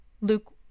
Luke